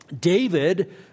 David